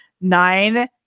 nine